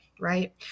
Right